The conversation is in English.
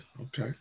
okay